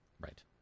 right